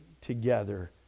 together